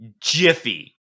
Jiffy